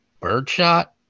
birdshot